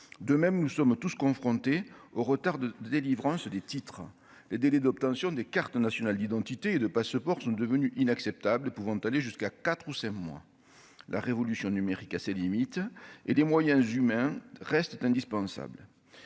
de même, nous sommes tous confrontés aux retards de de délivrance des titres, les délais d'obtention des cartes nationales d'identité de passeport sont devenues inacceptables pouvant aller jusqu'à 4 ou c'est moi la révolution numérique a ses limites et des moyens j'humain reste est indispensable,